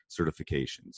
certifications